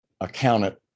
accounted